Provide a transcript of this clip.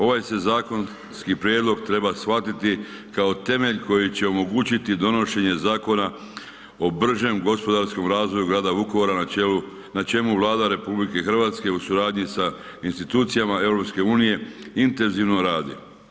Ovaj se zakonski prijedlog treba shvatiti kao temelj koji će omogućiti donošenje zakona o bržem gospodarskom razvoju grada Vukovara na čemu Vlada RH u suradnji sa institucijama RH intenzivno radi.